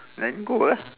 then go lah